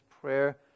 prayer